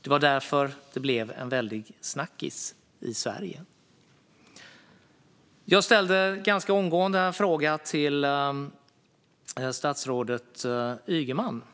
Det var därför det blev en väldig snackis i Sverige. Jag ställde ganska omgående en fråga till statsrådet Ygeman